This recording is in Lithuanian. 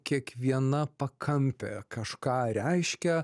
kiekviena pakampė kažką reiškia